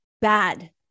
bad